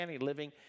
living